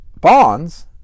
bonds